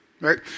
Right